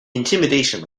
intimidation